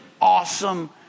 awesome